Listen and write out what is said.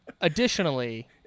additionally